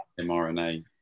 MRNA